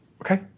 Okay